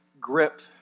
grip